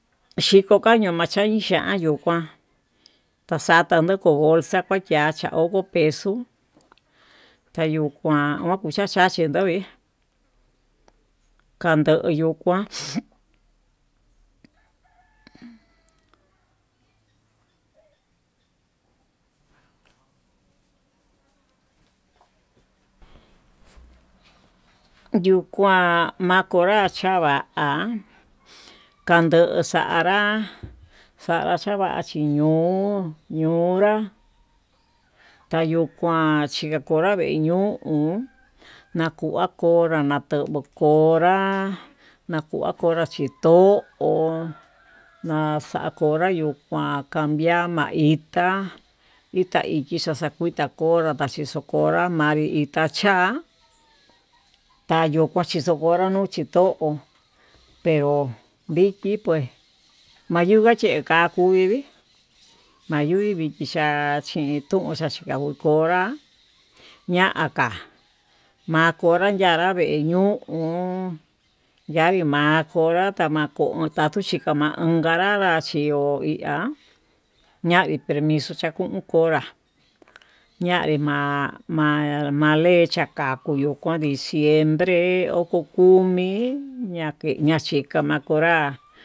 Xhiko kaño'o maxhiani xhian yo'o kuan taxatanu kuu bolsa, oyiacha oko peso ta yuu kuan oxhaxi yo'o vee kandoyo kuán yuu kuan makonra chava'a kanduu xanra xanra xava'a chiño'o ñonra tayo'o kuan tañonrá chiño'o, ñoon ñakunra konra ñakonrá nduguo konrá nako nakonra chito'o n'a xakonra yuu kuan ka'a via ma'a itá, itá ichi xaxakuita konrá xaxi xokonra yamii itá tacha'a tayii nachicho konra natachí to'ó pero vikiii pues, mayuka che kakui mayui vikichá matuin tuu kunrpa ña'a ká makonrá yangua vee ñuu ñu'u yam'ma'a konrá makonra tuchika onká nanra nachió ihá, ñavii permiso chakun konrá ñavii a'a ma'a chakue kuyo'o oko diciembre oko komi ñake ñaxhikanrá konrá.